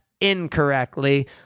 incorrectly